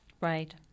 Right